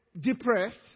depressed